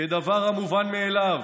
כדבר המובן מאליו.